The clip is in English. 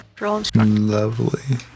Lovely